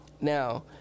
now